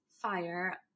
fire